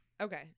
Okay